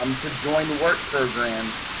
um to join work programs.